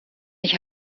ich